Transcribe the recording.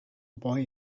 boy